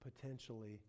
potentially